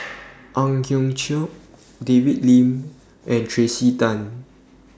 Ang Hiong Chiok David Lim and Tracey Tan